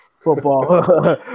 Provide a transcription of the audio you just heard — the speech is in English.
football